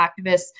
activists